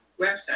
website